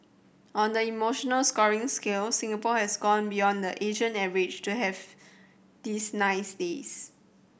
on the emotional scoring scale Singapore has gone beyond the Asian average to have these nice days